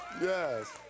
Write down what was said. Yes